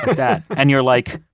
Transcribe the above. but that, and you're like,